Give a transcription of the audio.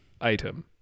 item